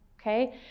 okay